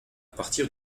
partir